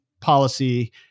policy